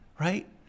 right